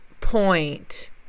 point